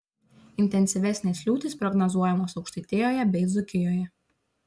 intensyvesnės liūtys prognozuojamos aukštaitijoje bei dzūkijoje